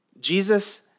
Jesus